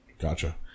Gotcha